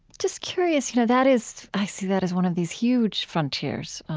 just curious, you know, that is i see that as one of these huge frontiers, um,